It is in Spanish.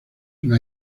una